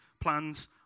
plan's